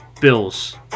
Bills